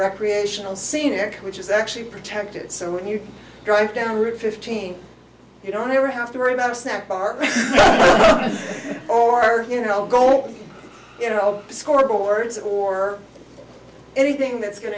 recreational scenic which is actually protected so when you drive down route fifteen you don't ever have to worry about a snack bar or are you know goal you know scoreboards or anything that's going